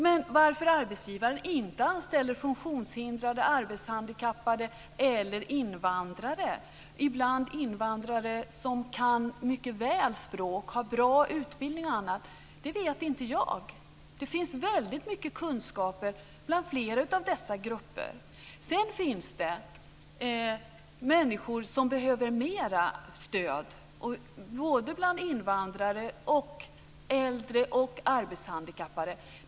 Men varför arbetsgivare inte anställer funktionshindrade, arbetshandikappade eller invandrare, ibland invandrare som mycket väl kan språket och har god utbildning och annat, det vet jag inte. Det finns väldigt mycket kunskaper bland flera av dessa grupper. Sedan finns det människor som behöver mer stöd, både bland invandrare och bland äldre och arbetshandikappade.